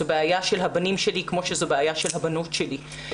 זו בעיה של הבנים שלי כמו שזו בעיה של הבנות שלי.